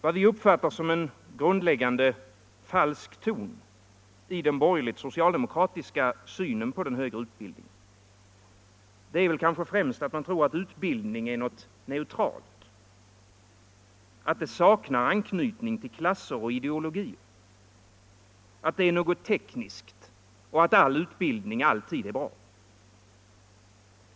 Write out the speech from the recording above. Vad vi uppfattar som en grundläggande falsk ton i den borgerligtsocialdemokratiska synen på den högre utbildningen är kanske främst att man tror att utbildning är något neutralt, att det saknar anknytning till klasser och ideologier, att det är något tekniskt, att all utbildning alltid är bra.